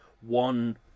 one